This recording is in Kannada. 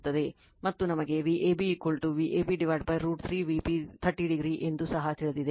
ಮತ್ತು ನಮಗೆ Vab Vab √ 3 Vp 30o ಎಂದು ಸಹ ತಿಳಿದಿದೆ